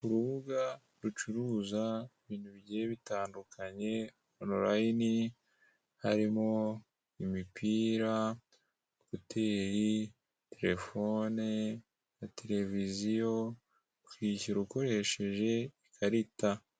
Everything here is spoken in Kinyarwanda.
Urubuga rucuruza ibintu bigiye bitandukanye onurayini, harimo imipira, kuteri, telefone na televiziyo, ukishyura ukoresheje ikarita.